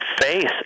face